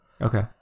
Okay